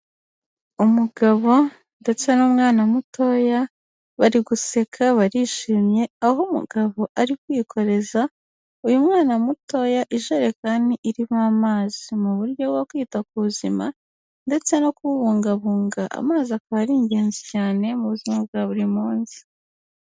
Umugabo ndetse n'umwana mutoya, bari guseka barishimye aho umugabo ari kwikoreza uyu mwana mutoya ijerekani irimo amazi, mu buryo bwo kwita ku buzima ndetse no kubungabunga amazi akaba ari ingenzi cyane mu buzima bwa buri munsi.